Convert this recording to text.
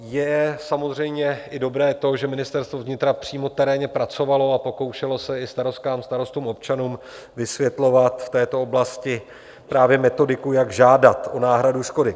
Je samozřejmě i dobré to, že Ministerstvo vnitra přímo terénně pracovalo a pokoušelo se i starostkám a starostům, občanům vysvětlovat v této oblasti metodiku, jak žádat o náhradu škody.